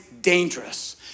dangerous